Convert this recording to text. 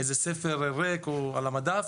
ספר ריק או על המדף,